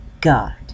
God